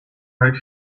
right